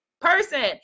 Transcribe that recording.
person